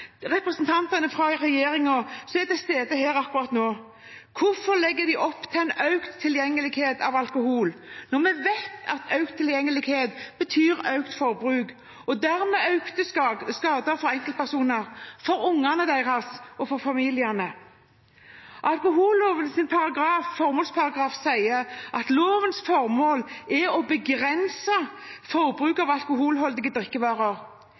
representantene fra regjeringen som er til stede her akkurat nå: Hvorfor legger de opp til økt tilgjengelighet av alkohol, når vi vet at økt tilgjengelighet betyr økt forbruk og dermed økte skader for enkeltpersoner, for ungene deres og for familiene? Alkohollovens formålsparagraf sier at lovens formål er å begrense forbruket av alkoholholdige drikkevarer. Hver for